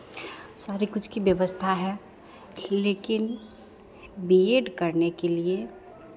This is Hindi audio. सारी कुछ की व्यवस्था है लेकिन बी एड करने के लिये